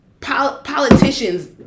politicians